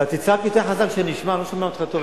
תצעק יותר חזק, שנשמע יותר טוב.